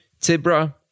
Tibra